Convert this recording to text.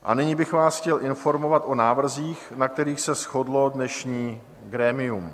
A nyní bych vás chtěl informovat o návrzích, na kterých se shodlo dnešní grémium.